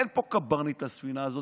אין פה קברניט לספינה הזאת,